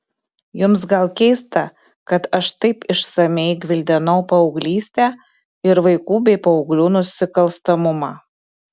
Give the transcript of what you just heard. jums gal keista kad aš taip išsamiai gvildenau paauglystę ir vaikų bei paauglių nusikalstamumą